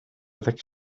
sechs